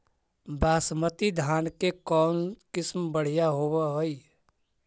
बासमती धान के कौन किसम बँढ़िया होब है?